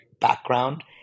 background